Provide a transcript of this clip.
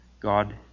God